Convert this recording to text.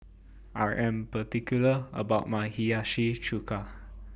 I Am particular about My Hiyashi Chuka